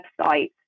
website